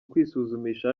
kwisuzumisha